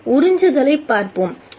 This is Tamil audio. நாம் உறிஞ்சுதலைப் பார்ப்போம்